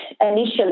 initially